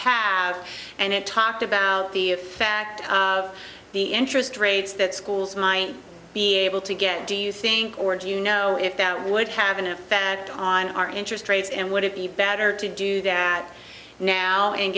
have and it talked about the a factor of the interest rates that schools might be able to get do you think or do you know if that would have been in fact on our interest rates and would it be better to do that now and